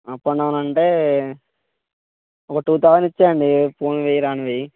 up and down అంటే ఒక two thousand ఇచ్చేయండి పోనువి రానువి